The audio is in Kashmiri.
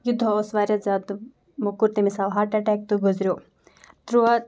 یہِ دوہ اوس واریاہ زیادٕ موٚکُر تٔمِس اوس ہاٹ اَٹیک تہٕ گُزریو تُرٛواہ